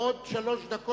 בעד רונית תירוש,